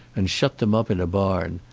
and shut them up in a barn.